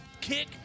kick